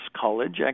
college